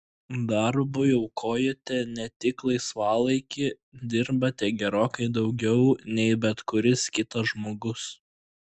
darbui aukojate net tik laisvalaikį dirbate gerokai daugiau nei bet kuris kitas žmogus